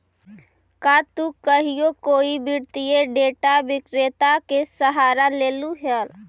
का तु कहियो कोई वित्तीय डेटा विक्रेता के सलाह लेले ह?